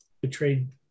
betrayed